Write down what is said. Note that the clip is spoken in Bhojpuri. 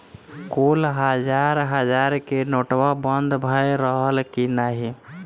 कुल हजार हजार के नोट्वा बंद भए रहल की नाही